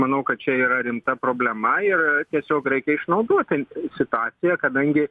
manau kad čia yra rimta problema ir tiesiog graikai išnaudot situaciją kadangi